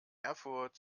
erfurt